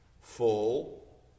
full